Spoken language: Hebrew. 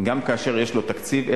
גם כאשר יש לו תקציב,